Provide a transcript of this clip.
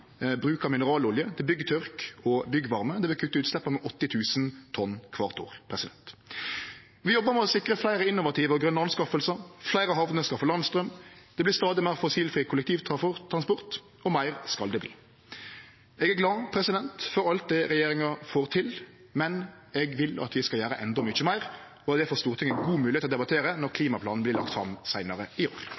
bruk av mineralolje til byggtørk og byggvarme. Det vil kutte utsleppa med 80 000 tonn kvart år. Vi jobbar med å sikre fleire innovative og grøne kjøp, fleire hamner skal få landstrøm, det vert stadig meir fossilfri kollektivtransport – og meir skal det bli. Eg er glad for alt det regjeringa får til, men eg vil at vi skal gjere endå mykje meir. Det får Stortinget god mogelegheit til å debattere når klimaplanen vert lagt fram seinare i år.